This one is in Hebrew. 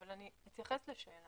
אבל אני אתייחס לשאלה